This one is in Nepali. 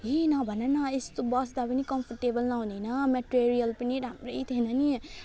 हे नभन न यस्तो बस्दा पनि कम्फोर्टेबल नहुने हैन मेटेरियल पनि राम्रै थिएन नि